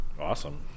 Awesome